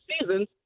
seasons